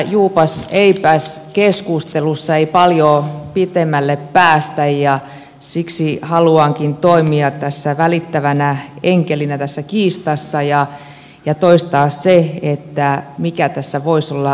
tässä juupaseipäs keskustelussa ei paljoa pitemmälle päästä ja siksi haluankin toimia tässä kiistassa välittävänä enkelinä ja toistaa sen mikä tässä voisi olla ratkaisuna